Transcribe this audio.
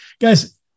Guys